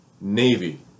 Navy